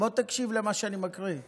והמפורד שלנו.